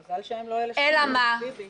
חבל שהם לא אלה שחקרו את ביבי.